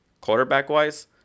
quarterback-wise